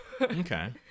Okay